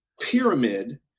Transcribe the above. pyramid